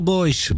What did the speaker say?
Boys